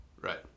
right